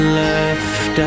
left